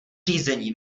řízení